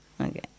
Okay